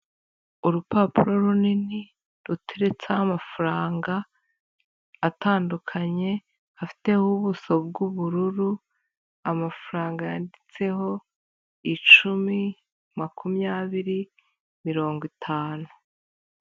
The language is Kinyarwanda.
Urupapuro runini rutetsaho amafaranga atandukanye, afiteho ubuso bw'ubururu, amafaranga yanditseho icumi, makumyabiri, mirongo itanu.